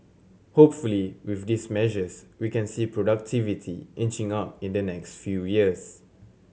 hopefully with these measures we can see productivity inching up in the next few years